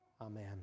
Amen